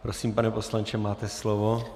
Prosím, pane poslanče, máte slovo.